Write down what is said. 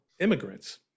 immigrants